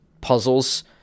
puzzles